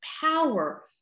power